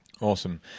Awesome